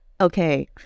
okay